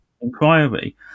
inquiry